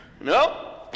no